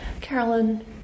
Carolyn